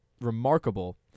remarkable